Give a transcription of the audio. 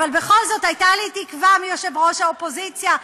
אבל בכל זאת הייתה לי תקווה מיושב-ראש האופוזיציה,